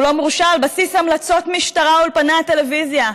הוא לא מורשע על בסיס המלצות משטרה או אולפני הטלוויזיה.